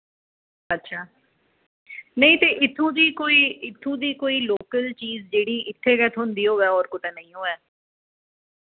अच्छा नेईं ते इत्थों दी कोई इत्थों दी कोई लोकल चीज जेह्ड़ी इत्थे गै थोंदी होऐ होर कुतै नेईं होऐ